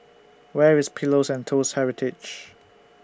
Where IS Pillows and Toast Heritage